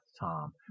Tom